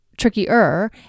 Trickier